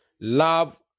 love